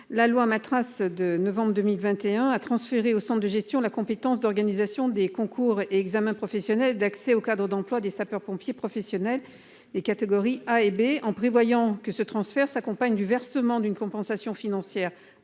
la loi ma trace de novembre 2021 a transféré au Centre de gestion la compétence d'organisation des concours et examens professionnels d'accès au Cadre d'emplois des sapeurs-pompiers professionnels les catégories A et B en prévoyant que ce transfert s'accompagne du versement d'une compensation financière